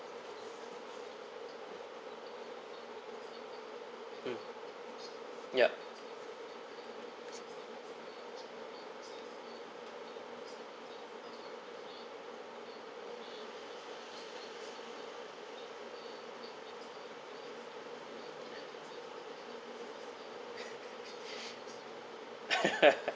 mm yup